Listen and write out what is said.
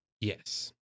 yes